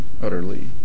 utterly